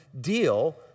deal